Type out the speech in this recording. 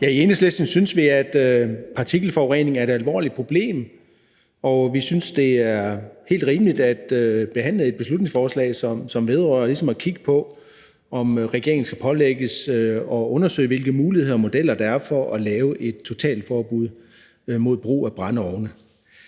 I Enhedslisten synes vi, at partikelforurening er et alvorligt problem, og vi synes, at det er helt rimeligt at behandle et beslutningsforslag, som vedrører at kigge på, om regeringen skal pålægges at undersøge, hvilke muligheder og modeller der er for at lave et totalforbud mod brug af brændeovne.